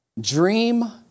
Dream